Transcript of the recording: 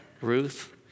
Ruth